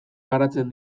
garatzen